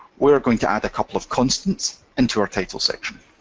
we are going to add a couple of constants into our title section.